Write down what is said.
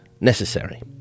necessary